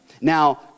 Now